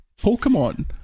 pokemon